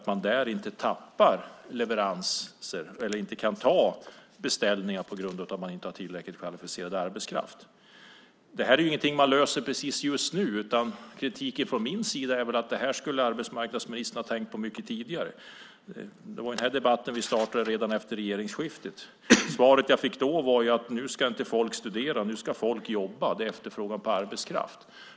Man kan tappa leveranser, eller inte ta emot beställningar, på grund av att man inte har tillräckligt kvalificerad arbetskraft. Det här är ingenting som man löser precis just nu, utan kritiken från min sida är att arbetsmarknadsministern skulle ha tänkt på det här mycket tidigare. Den här debatten startade vi redan efter regeringsskiftet. Svaret jag fick då var att nu ska inte folk studera, nu ska folk jobba. Det är efterfrågan på arbetskraft.